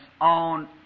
on